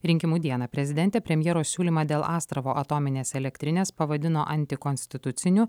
rinkimų dieną prezidentė premjero siūlymą dėl astravo atominės elektrinės pavadino antikonstituciniu